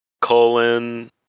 colon